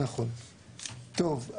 שלום,